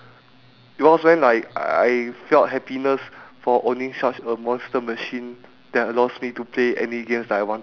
in the photo like ranging from like the news stand to uh like casino and some other shops